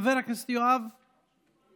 חבר הכנסת יואב קיש.